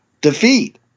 defeat